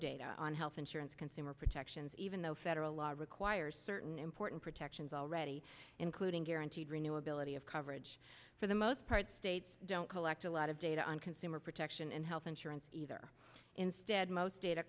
data on health insurance consumer protections even though federal law requires certain important protections already including guaranteed renewability of coverage for the most part states don't collect a lot of data on consumer protection and health insurance either instead most data